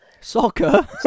Soccer